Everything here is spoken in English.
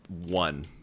one